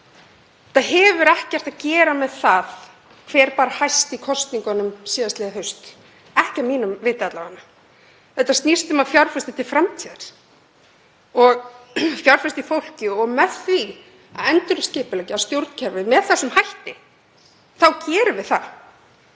Þetta hefur ekkert að gera með það hvað bar hæst í kosningunum síðastliðið haust, ekki að mínu viti alla vega. Þetta snýst um að fjárfesta til framtíðar og fjárfesta í fólki og með því að endurskipuleggja stjórnkerfið með þessum hætti þá gerum við það.